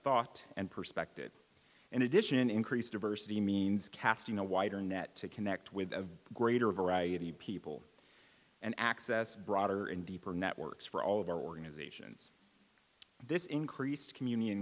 thought and perspective and addition increased diversity means casting a wider net to connect with a greater variety of people and access broader and deeper networks for all of our organizations this increased communion